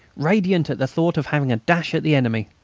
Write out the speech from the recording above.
radiant at the thought of having a dash at the enemy.